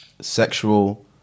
sexual